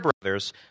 brothers